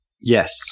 Yes